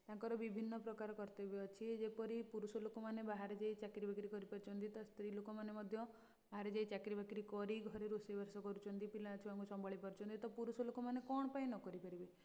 ତାଙ୍କର ବିଭିନ୍ନ ପ୍ରକାର କର୍ତ୍ତବ୍ୟ ଅଛି ଯେପରି ପୁରୁଷ ଲୋକମାନେ ବାହାରେ ଯାଇ ଚାକିରି ବାକିରି କରିପାରୁଛନ୍ତି ତ ସ୍ତ୍ରୀ ଲୋକମାନେ ମଧ୍ୟ ବାହାରେ ଯାଇ ଚାକିରି ବାକିରି କରି ଘରେ ରୋଷେଇ ବାସ କରୁଛନ୍ତି ପିଲା ଛୁଆଙ୍କୁ ସମ୍ଭାଳି ପାରୁଛନ୍ତି ତ ପୁରୁଷ ଲୋକମାନେ କ'ଣ ପାଇଁ ନ କରିପାରିବେ